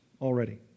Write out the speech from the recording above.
already